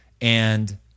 and-